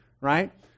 right